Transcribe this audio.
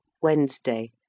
Wednesday